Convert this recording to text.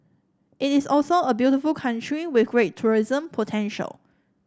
it is also a beautiful country with great tourism potential